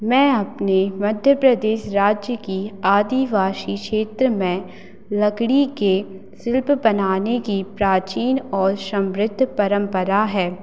मैं अपने मध्य प्रदेश राज्य की आदिवासी क्षेत्र में लकड़ी के शिल्प बनाने की प्राचीन और शमृद्ध परंपरा है